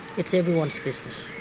it's everyone's business.